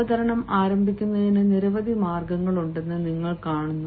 അവതരണം ആരംഭിക്കുന്നതിന് നിരവധി മാർഗങ്ങളുണ്ടെന്ന് നിങ്ങൾ കാണുന്നു